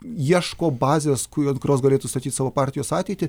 ieško bazės kur ant kurios galėtų statyt savo partijos ateitį